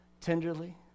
tenderly